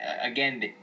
again